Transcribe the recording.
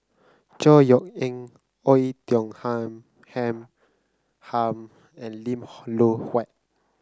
Chor Yeok Eng Oei Tiong Ham Ham and Lim Loh Huat